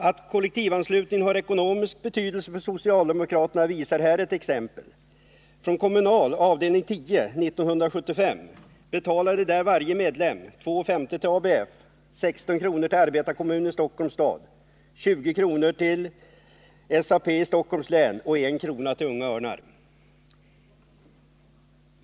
Att kollektivanslutningen har ekonomisk betydelse för socialdemokraterna visar ett exempel från Kommunal, avdelning 10, 1975. Där betalade varje medlem 2:50 kr. till ABF, 16 kr. till arbetarekommunen i Stockholms stad, 20 kr. till SAP i Stockholms län och 1 kr. till Unga örnar.